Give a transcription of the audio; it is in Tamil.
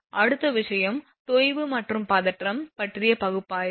அடுத்த விஷயம் தொய்வு மற்றும் பதற்றம் பற்றிய பகுப்பாய்வு